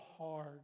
hard